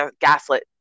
gaslit